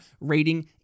rating